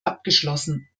abgeschlossen